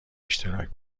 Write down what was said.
اشتراک